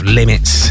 limits